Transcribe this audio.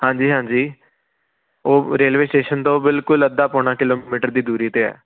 ਹਾਂਜੀ ਹਾਂਜੀ ਉਹ ਰੇਲਵੇ ਸਟੇਸ਼ਨ ਤੋਂ ਬਿਲਕੁਲ ਅੱਧਾ ਪੌਣਾ ਕਿਲੋਮੀਟਰ ਦੀ ਦੂਰੀ 'ਤੇ ਹੈ